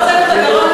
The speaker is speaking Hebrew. חסרת פה.